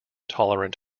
tolerant